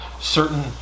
certain